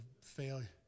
failure